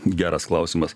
geras klausimas